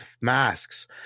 masks